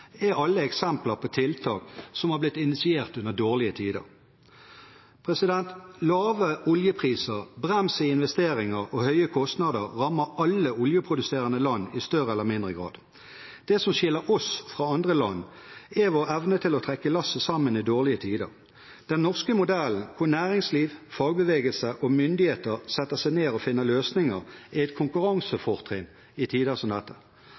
er alle eksempler på tiltak som har blitt initiert i dårlige tider. Lave oljepriser, brems i investeringer og høye kostnader rammer alle oljeproduserende land i større eller mindre grad. Det som skiller oss fra andre land, er vår evne til å trekke lasset sammen i dårlige tider. Den norske modellen, hvor næringsliv, fagbevegelse og myndigheter setter seg ned og finner løsninger, er et konkurransefortrinn i tider som